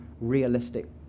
realistic